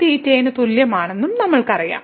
sinθ ന് തുല്യമാണെന്നും നമുക്കറിയാം